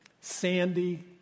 sandy